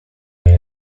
when